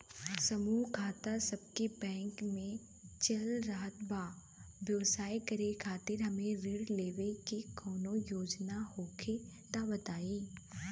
समूह खाता आपके बैंक मे चल रहल बा ब्यवसाय करे खातिर हमे ऋण लेवे के कौनो योजना होखे त बताई?